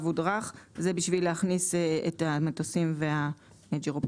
הודרך";" זה בשביל להכניס את המטוסים והג'ירופלנים.